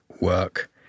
work